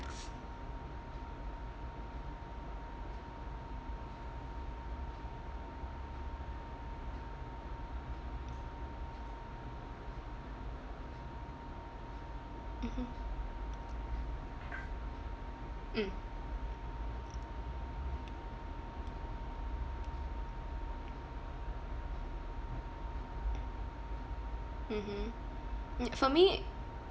mmhmm mm mmhmm mm for me